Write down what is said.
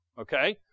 Okay